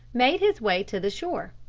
made his way to the shore.